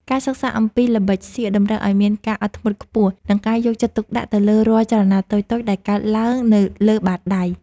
ការសិក្សាអំពីល្បិចសៀកតម្រូវឱ្យមានការអត់ធ្មត់ខ្ពស់ និង ការយកចិត្តទុកដាក់ទៅលើរាល់ចលនាតូចៗដែលកើតឡើងនៅលើបាតដៃ។